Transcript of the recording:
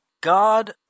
God